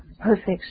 perfect